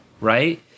right